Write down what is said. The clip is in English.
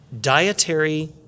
dietary